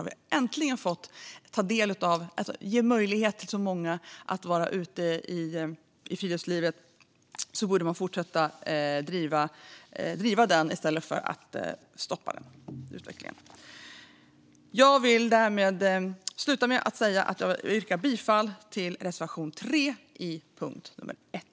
När vi nu äntligen kan ge möjlighet till så många att vara ute i friluftslivet borde man fortsätta driva den utvecklingen i stället för att stoppa den. Jag avslutar med att säga att jag yrkar bifall till reservation 3 under punkt 1.